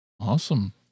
Awesome